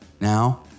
Now